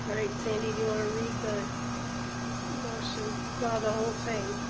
ah right, sandy, do you wanna read the motion? well, the whole thing,